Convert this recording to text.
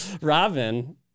Robin